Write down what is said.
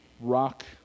rock